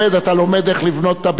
אני אסחוב והוא ירוויח?